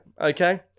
Okay